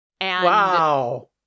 Wow